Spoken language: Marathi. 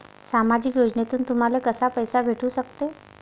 सामाजिक योजनेतून तुम्हाले कसा पैसा भेटू सकते?